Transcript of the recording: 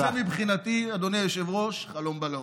וזה, מבחינתי, אדוני היושב-ראש, חלום בלהות.